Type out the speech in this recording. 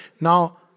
now